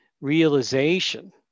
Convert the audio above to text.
realization